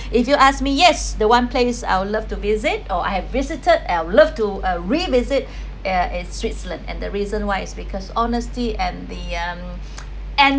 if you ask me yes the one place I would love to visit or I have visited and I’ll love to uh revisit is switzerland and the reason why is because honesty and the um end